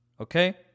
Okay